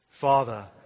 Father